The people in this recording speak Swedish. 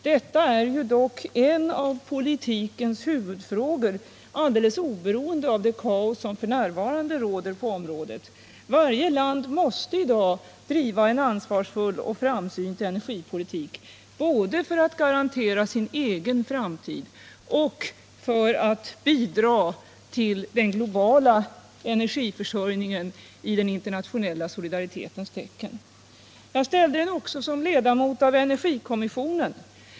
Energifrågan är dock en av politikens huvudfrågor, alldeles oberoende av det kaos som f.n. råder på området: Varje land måste i dag driva en ansvarsfull och framsynt energipolitik, både för att garantera sin egen framtid och för att bidra till den globala energiförsörjningen i den internationella solidaritetens tecken. Jag framställde den också som ledamot av energikommissionen.